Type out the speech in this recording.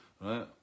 right